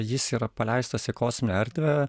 jis yra paleistas į kosminę erdvę